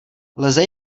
lze